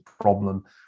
problem